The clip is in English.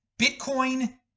Bitcoin